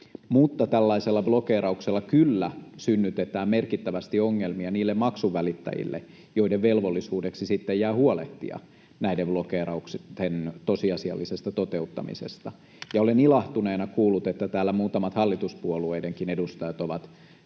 mutta tällaisella blokeerauksella kyllä synnytetään merkittävästi ongelmia niille maksunvälittäjille, joiden velvollisuudeksi sitten jää huolehtia näiden blokeerausten tosiasiallisesta toteuttamisesta. Ja olen ilahtuneena kuullut, että täällä muutamat hallituspuolueidenkin edustajat ovat